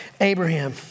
Abraham